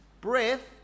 breath